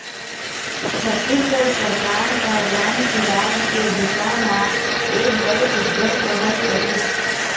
छत्तीसगढ़ सरकार ह ग्राम सुराज के दिसा म एक बड़ सुग्घर पहल करिस